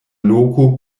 loko